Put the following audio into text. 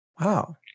wow